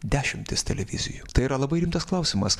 dešimtis televizijų tai yra labai rimtas klausimas